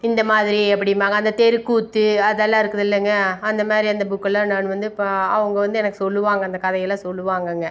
இந்தமாதிரி அப்படிம்பாங்க அந்த தெருக்கூத்து அதெல்லாம் இருக்குதுல்லைங்க அந்தமாதிரி அந்த புக்கெல்லாம் நான் வந்து இப்போ அவங்க வந்து எனக்கு சொல்வாங்க அந்த கதையெல்லாம் சொல்வாங்கங்க